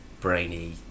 brainy